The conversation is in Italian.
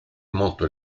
molto